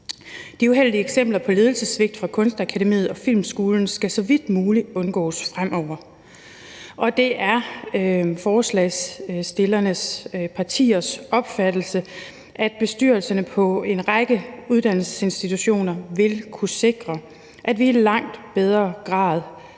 De uheldige eksempler på ledelsessvigt fra Kunstakademiet og Filmskolen skal så vidt muligt undgås fremover, og det er forslagsstillernes partiers opfattelse, at bestyrelser på en række uddannelsesinstitutioner vil kunne sikre, at vi langt bedre